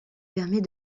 permet